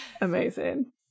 Amazing